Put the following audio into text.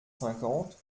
cinquante